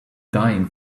dying